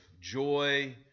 joy